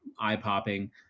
eye-popping